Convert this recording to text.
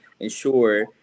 ensure